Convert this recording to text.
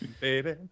Baby